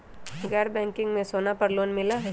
गैर बैंकिंग में सोना पर लोन मिलहई?